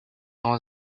dans